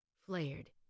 Flared